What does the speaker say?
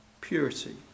purity